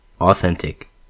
authentic